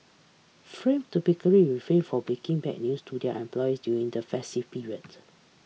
typically refrain from breaking bad news to their employees during the festive period